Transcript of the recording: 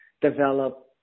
develop